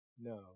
No